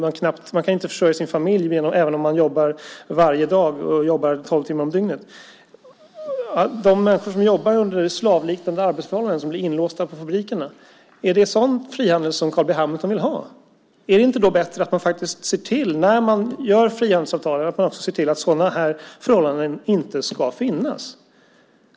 De kan inte försörja sin familj även om de jobbar varje dag och tolv timmar om dygnet. De människor som jobbar under slavliknande arbetsförhållanden, som blir inlåsta på fabrikerna - är det sådan frihandel som Carl B Hamilton vill ha? Är det inte bättre att man, när man träffar frihandelsavtalet, också ser till att sådana här förhållanden inte får finnas?